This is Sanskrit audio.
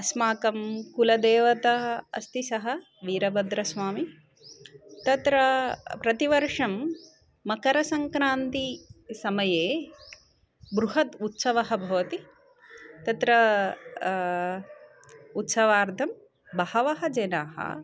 अस्माकं कुलदेवता अस्ति सः वीरभद्रस्वामी तत्र प्रतिवर्षं मकरसङ्क्रान्तिसमये बृहद् उत्सवः भवति तत्र उत्सवार्थं बहवः जनाः